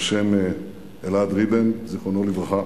על-שם אלעד ריבן, זיכרונו לברכה.